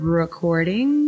recording